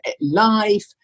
life